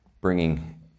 bringing